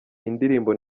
indirimbo